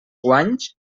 guanys